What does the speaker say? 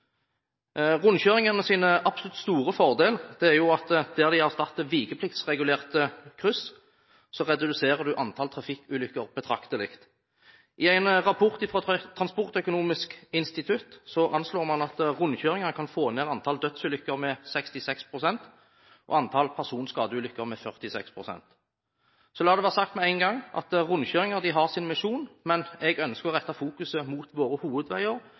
absolutt store fordel er at der de erstatter vikepliktsregulerte kryss, reduserer man antall trafikkulykker betraktelig. I en rapport fra Transportøkonomisk institutt anslår man at rundkjøringer kan få ned antall dødsulykker med 66 pst. og antall personskadeulykker med 46 pst. Så la det være sagt med en gang: Rundkjøringer har sin misjon, men jeg ønsker å rette fokuset mot våre hovedveier